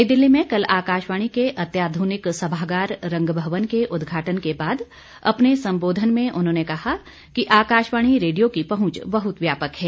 नई दिल्ली में कल आकाशवाणी के अत्याधुनिक सभागार रंग भवन के उद्घाटन के बाद अपने संबोधन में उन्होंने कहा कि आकाशुवाणी रेडियो की पहुंच बहुत व्यापक है